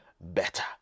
better